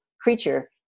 creature